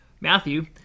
Matthew